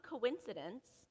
coincidence